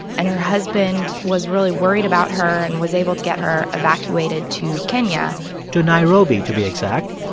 and her husband was really worried about her and was able to get her evacuated to kenya to nairobi, to be exact,